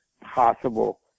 possible